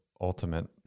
ultimate